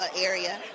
area